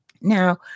Now